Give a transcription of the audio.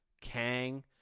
Kang